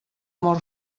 mor